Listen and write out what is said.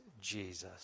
Jesus